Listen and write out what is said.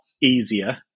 easier